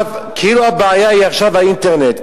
כאילו הבעיה היא עכשיו האינטרנט.